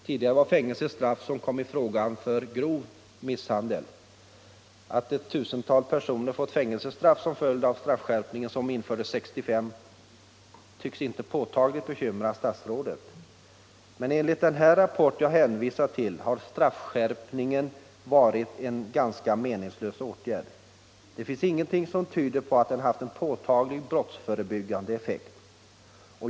Tidigare var fängelse ett straff som kom i fråga för grov misshandel. Att ett tusental personer fått fängelsestraff till följd av straffskärpningen, som infördes 1965, tycks inte påtagligt bekymra statsrådet. Men enligt den rapport som jag här hänvisat till har straffskärpningen varit en ganska meningslös åtgärd. Det finns ingenting som tyder på att den har haft en påtaglig brottsförebyggande effekt.